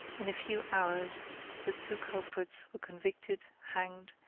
in a few hours the two culprits were convicted, hanged,